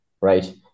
right